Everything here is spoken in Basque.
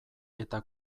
eta